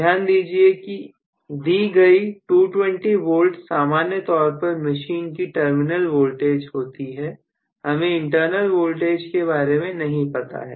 ध्यान दीजिए कि दी गई 220V सामान्य तौर पर मशीन की टर्मिनल वोल्टेज होती है हमें इंटरनल वोल्टेज के बारे में नहीं पता है